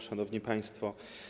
Szanowni Państwo!